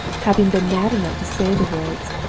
having been mad enough to say the words,